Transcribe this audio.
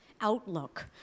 outlook